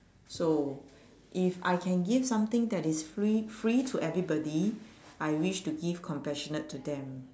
so if I can give something that is free free to everybody I wish to give compassionate to them